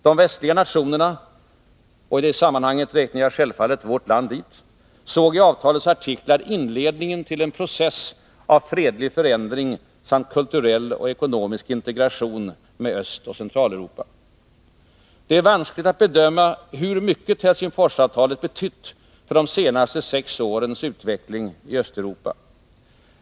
De västliga nationerna — och i detta sammanhang räknar jag självfallet vårt land dit — såg i avtalets artiklar inledningen till en process av fredlig förändring samt kulturell och ekonomisk integration med Östoch Centraleuropa. Det är vanskligt att bedöma hur mycket Helsingforsavtalet betytt för de senaste sex årens utveckling i Östeuropa.